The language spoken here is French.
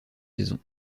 saison